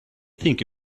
think